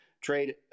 trade